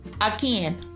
Again